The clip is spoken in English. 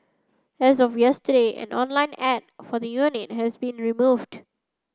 as of yesterday an online ad for the unit has been removed